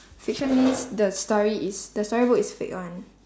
fiction means the story is the storybook is fake [one]